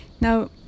Now